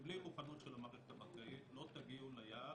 כי בלי מוכנות של המערכת הבנקאית לא תגיעו ליעד,